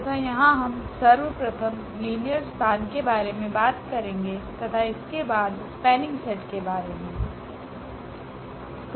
तथा यहाँ हम सर्वप्रथम लीनियर स्पान के बारे मे बात करेगे तथा इसके बाद स्पेनिंग सेट के बारे मे